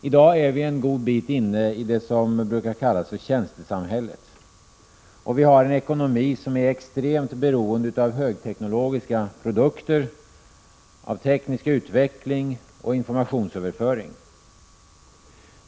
I dag är vi en god bit inne i det som kallas tjänstesamhället, och vi har en ekonomi som är extremt beroende av högteknologiska produkter, av teknisk utveckling och av informationsöverföring.